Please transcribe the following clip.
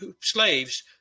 slaves